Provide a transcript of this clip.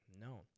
No